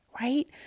right